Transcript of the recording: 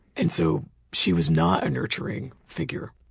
and so she was not a nurturing figure